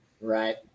Right